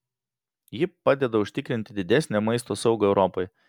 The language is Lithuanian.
ji padeda užtikrinti didesnę maisto saugą europoje